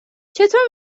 چطور